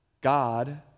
God